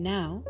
Now